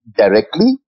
directly